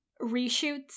reshoots